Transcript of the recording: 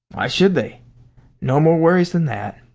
why should they no more words than that.